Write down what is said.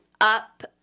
UP